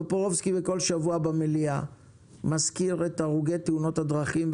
טופורובסקי בכל שבוע במליאה מזכיר את הרוגי ופצועי תאונות הדרכים,